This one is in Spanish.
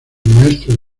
maestro